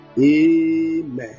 Amen